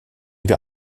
wir